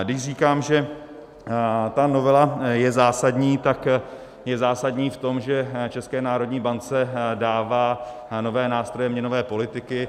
Když říkám, že ta novela je zásadní, tak je zásadní v tom, že České národní bance dává nové nástroje měnové politiky.